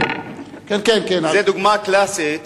זו דוגמה קלאסית